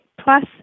plus